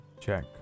check